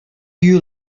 you